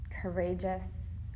courageous